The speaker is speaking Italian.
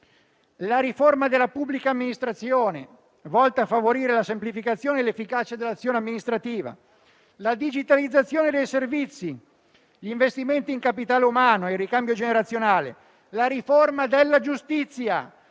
la riforma della pubblica amministrazione, volta a favorire la semplificazione e l'efficacia dell'azione amministrativa; la digitalizzazione dei servizi; gli investimenti in capitale umano e in ricambio generazionale; la riforma della giustizia,